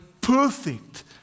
perfect